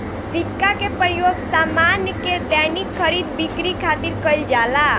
सिक्का के प्रयोग सामान के दैनिक खरीद बिक्री खातिर कईल जाला